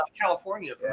California